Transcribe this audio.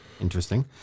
Interesting